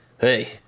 Hey